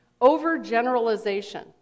overgeneralization